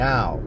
Now